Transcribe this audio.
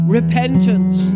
repentance